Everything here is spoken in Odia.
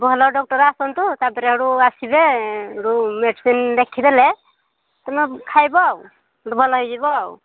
ଭଲ ଡକ୍ଟର ଆସନ୍ତୁ ତା'ପରେ ହେଇଠୁ ଆସିବେ ଯେଉଁ ମେଡ଼ିସିନ୍ ଲେଖିଦେଲେ ତମେ ଖାଇବ ଆଉ ଭଲ ହେଇଯିବ ଆଉ